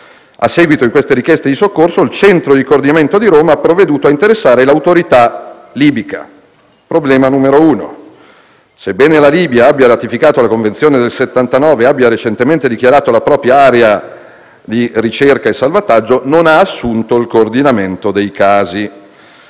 A seguito di tali richieste, il centro di coordinamento di Roma ha provveduto a interessare l'autorità libica. Il primo problema è che, sebbene la Libia abbia ratificato la Convenzione di Amburgo del 1979 e abbia recentemente dichiarato la propria area di ricerca e salvataggio, non ha assunto il coordinamento dei sei